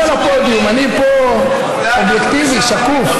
היא על הפודיום, אני פה, אובייקטיבי, שקוף.